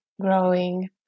growing